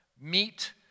Meet